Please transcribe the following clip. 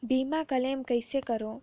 बीमा क्लेम कइसे करों?